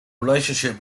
relationship